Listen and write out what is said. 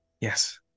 Yes